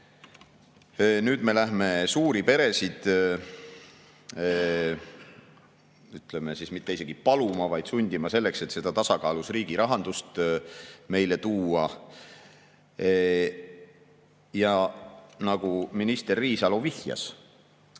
Nüüd me lähme suuri peresid, ütleme, mitte isegi paluma, vaid sundima selleks, et seda tasakaalus riigirahandust meile tuua. Ja nagu minister Riisalo vihjas,